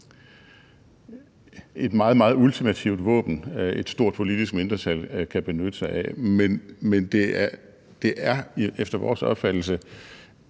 meget ultimativt våben, som et stort politisk mindretal kan benytte sig af, men det er efter vores opfattelse